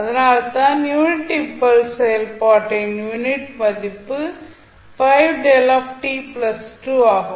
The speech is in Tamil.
அதனால்தான் யூனிட் இம்பல்ஸ் செயல்பாட்டின் யூனிட் மதிப்பு ஆகும்